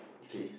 K